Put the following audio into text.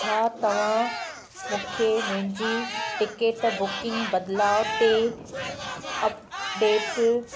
छा तव्हां मूंखे मुंहिंजी टिकट बुकिंग बदलाव ते अपडेट